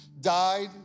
died